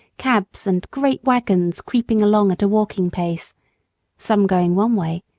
cabs, and great wagons creeping along at a walking pace some going one way,